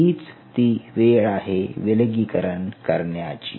हीच ती वेळ आहे विलगीकरण करण्याची